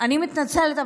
אני מתנצלת,